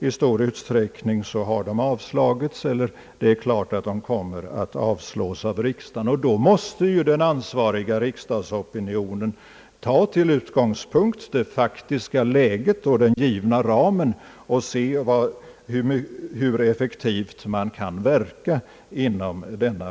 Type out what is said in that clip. I stor utsträckning har de avslagits eller kommer att avslås av riksdagen, och då måste den ansvariga riksdagsopinionen ta till utgångspunkt det faktiska läget och den givna ramen och undersöka hur effektivt man kan verka inom den.